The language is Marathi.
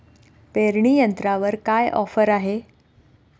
पेरणी यंत्रावर काय ऑफर आहे?